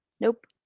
Nope